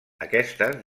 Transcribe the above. aquestes